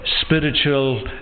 spiritual